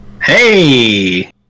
Hey